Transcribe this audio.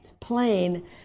plain